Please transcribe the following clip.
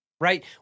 right